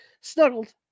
snuggled